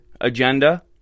agenda